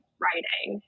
writing